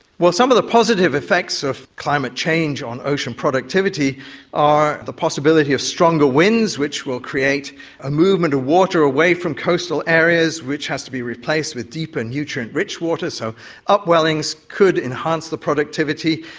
some of the positive effects of climate change on ocean productivity are the possibility of stronger winds which will create a movement of water away from coastal areas which has to be replaced with deeper nutrient-rich water, so up-wellings could enhance the productivity.